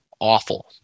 awful